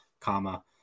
comma